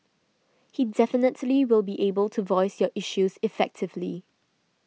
he definitely will be able to voice your issues effectively